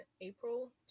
April